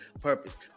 purpose